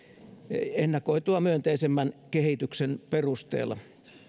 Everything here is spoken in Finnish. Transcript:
ennakoitua myönteisemmän kehityksen perusteella